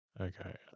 Okay